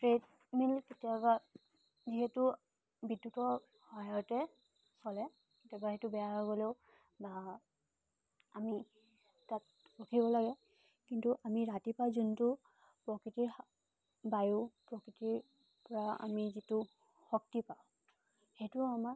treadmill কেতিয়াবা যিহেতু বিদ্যুতৰ সহায়তে চলে কেতিয়াবা সেইটো বেয়া হৈ গ'লেও বা আমি তাত ৰখিব লাগে কিন্তু আমি ৰাতিপুৱা যোনটো প্ৰকৃতিৰ বায়ু প্ৰকৃতিৰ পৰা আমি যিটো শক্তি পাওঁ সেইটো আমাৰ